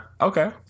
Okay